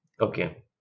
Okay